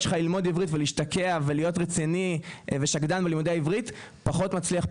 שלך ללמוד עברית ולהשתקע ולהיות רציני ושקדן לימודי עברית פחות מצליח,